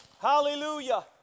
Hallelujah